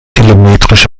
telemetrisch